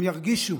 הם ירגישו